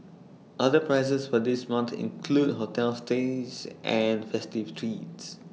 other prizes for this month include hotel stays and festive treats